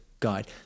guide